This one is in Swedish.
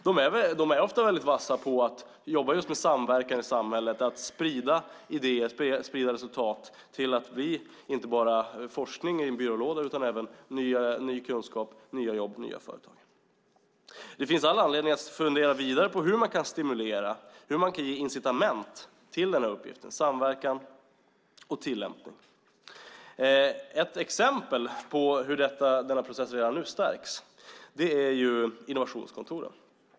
De är ofta väldigt vassa på att jobba just med samverkan i samhället, att sprida idéer och resultat till att bli inte bara forskning i en byrålåda utan även ny kunskap, nya jobb och nya företag. Det finns all anledning att fundera vidare på hur man kan stimulera och ge incitament till samverkan och tillämpning. Ett exempel på hur denna process redan nu stärks är innovationskontoren.